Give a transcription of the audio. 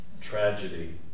tragedy